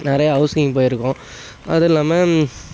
நிறையா ஹவுஸிங் போயிருக்கோம் அதுவும் இல்லாமல்